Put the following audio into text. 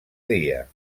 dia